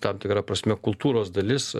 tam tikra prasme kultūros dalis